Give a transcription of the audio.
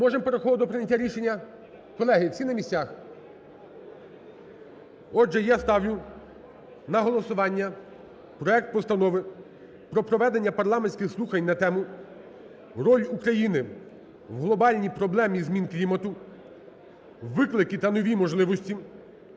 Можемо переходити до прийняття рішення? Колеги, всі на місцях? Отже, я ставлю на голосування проект Постанови про проведення парламентських слухань на тему: "Роль України в глобальній проблемі змін клімату – виклики та нові можливості"